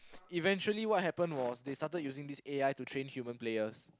eventually what happen was they started using this A_I to train human players